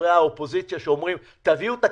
חברי האופוזיציה שאומרים: תביאו תקציב,